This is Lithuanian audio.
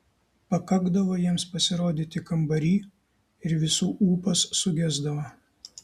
pakakdavo jiems pasirodyti kambary ir visų ūpas sugesdavo